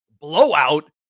blowout